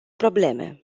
probleme